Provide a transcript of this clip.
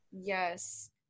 yes